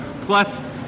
plus